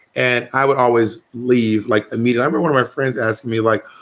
and i would always leave like a meeting. every one of my friends asked me, like,